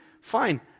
Fine